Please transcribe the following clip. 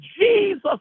Jesus